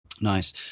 Nice